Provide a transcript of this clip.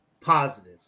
positive